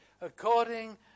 according